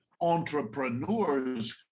entrepreneurs